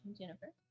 Jennifer